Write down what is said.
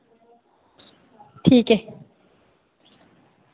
ठीक ऐ